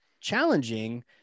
challenging